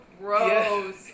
gross